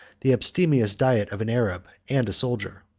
the abstemious diet of an arab and a soldier.